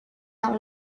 dans